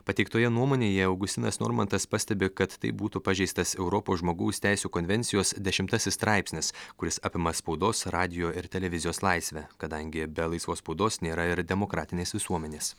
pateiktoje nuomonėje augustinas normantas pastebi kad taip būtų pažeistas europos žmogaus teisių konvencijos dešimtasis straipsnis kuris apima spaudos radijo ir televizijos laisvę kadangi be laisvos spaudos nėra ir demokratinės visuomenės